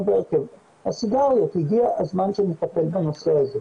בהרכב הסיגריות והגיע הזמן שנטפל גם בנושא הזה.